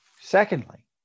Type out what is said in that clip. Secondly